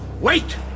Wait